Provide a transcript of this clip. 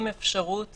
עם אפשרות